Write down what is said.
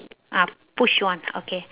ah push one okay okay